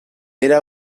era